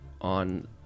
on